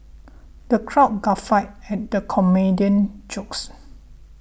the crowd guffawed at the comedian jokes